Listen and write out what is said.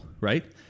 right